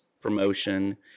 promotion